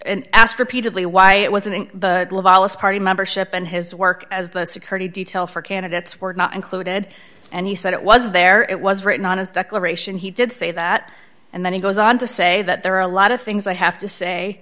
initially asked repeatedly why it wasn't the lavalas party membership and his work as the security detail for candidates were not included and he said it was there it was written on his declaration he did say that and then he goes on to say that there are a lot of things i have to say